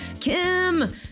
Kim